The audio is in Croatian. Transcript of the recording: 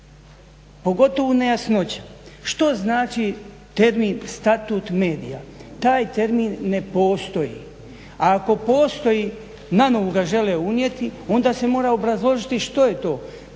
pogotovo nejasnoća. Što znači termin statut medija? Taj termin ne postoji, a ako postoji nanovo ga žele unijeti i onda se mora obrazložiti što je to.